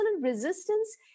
resistance